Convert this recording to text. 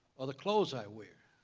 or the clothes i wear.